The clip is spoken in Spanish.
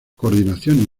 coordinación